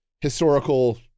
historical